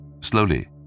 Slowly